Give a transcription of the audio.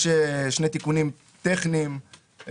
יש שני תיקונים טכניים,